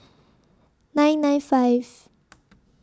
nine nine five